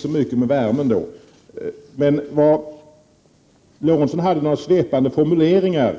Så mycket värme var det väl inte då. Någon hade svepande formuleringar